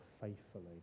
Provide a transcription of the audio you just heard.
faithfully